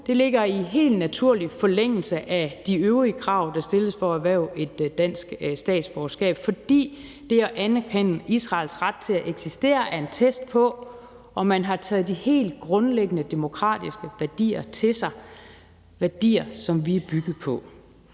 nu, ligger i helt naturlig forlængelse af de øvrige krav, der stilles for at erhverve et dansk statsborgerskab, fordi det at anerkende Israels ret til at eksistere er en test af, om man har taget de helt grundlæggende demokratiske værdier til sig – værdier, som vi er bygget på.